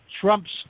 trumps